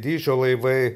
dydžio laivai